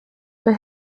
for